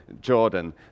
Jordan